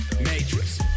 Matrix